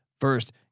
first